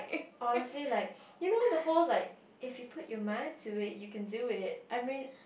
honestly like you know the whole like if you put your mind to it you can do it I mean